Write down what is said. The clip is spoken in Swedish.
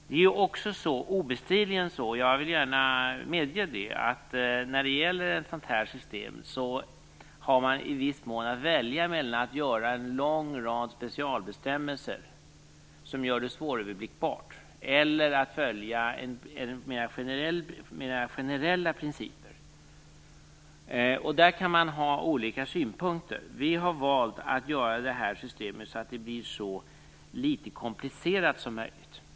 Jag vill också gärna medge att man i viss mån obestridligen har att välja mellan att ha en lång rad specialbestämmelser som gör det svåröverblickbart eller att följa mera generella principer. På detta kan man ha olika synpunkter. Vi har valt att konstruera detta system så att det blir så litet komplicerat som möjligt.